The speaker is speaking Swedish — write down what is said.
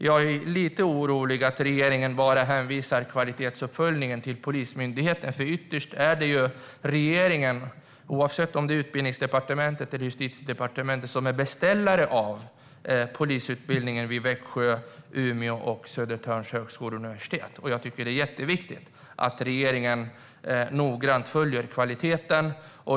Jag är lite orolig att regeringen bara hänvisar kvalitetsuppföljningen till Polismyndigheten, för ytterst är det ju regeringen - oavsett om det är Utbildningsdepartementet eller Justitiedepartementet - som är beställare av polisutbildningen vid Växjös, Umeås och Södertörns högskolor och universitet. Jag tycker att det är jätteviktigt att regeringen noggrant följer kvaliteten.